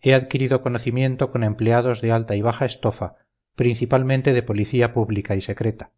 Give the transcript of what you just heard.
he adquirido conocimiento con empleados de alta y baja estofa principalmente de policía pública y secreta